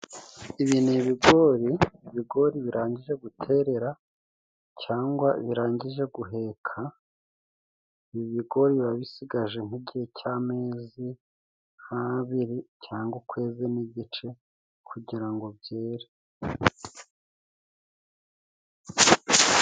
Ibi ni ibigori, ibigori birangije guterera cyangwa birangije guheka, ibi bigori biba bisigaje nk'igihe cy'amezi nk'abiri cyangwa ukwezi n'igice, kugirango byere.